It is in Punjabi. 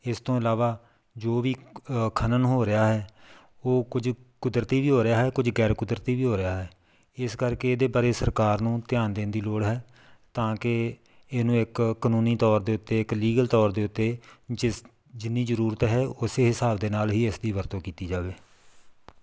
ਇਸ ਤੋਂ ਇਲਾਵਾ ਜੋ ਵੀ ਖਨਨ ਹੋ ਰਿਹਾ ਹੈ ਉਹ ਕੁਝ ਕੁਦਰਤੀ ਵੀ ਹੋ ਰਿਹਾ ਹੈ ਕੁਝ ਗੈਰ ਕੁਦਰਤੀ ਵੀ ਹੋ ਰਿਹਾ ਹੈ ਇਸ ਕਰਕੇ ਇਹਦੇ ਬਾਰੇ ਸਰਕਾਰ ਨੂੰ ਧਿਆਨ ਦੇਣ ਦੀ ਲੋੜ ਹੈ ਤਾਂ ਕਿ ਇਹਨੂੰ ਇੱਕ ਕਾਨੂੰਨੀ ਤੌਰ ਦੇ ਉੱਤੇ ਇੱਕ ਲੀਗਲ ਤੌਰ ਦੇ ਉੱਤੇ ਜਿਸ ਜਿੰਨੀ ਜ਼ਰੂਰਤ ਹੈ ਉਸ ਹਿਸਾਬ ਦੇ ਨਾਲ ਹੀ ਇਸ ਦੀ ਵਰਤੋਂ ਕੀਤੀ ਜਾਵੇ